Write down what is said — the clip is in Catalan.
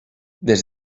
des